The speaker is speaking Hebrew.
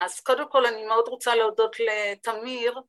‫אז קודם כול אני מאוד רוצה ‫להודות לתמיר.